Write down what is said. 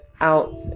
out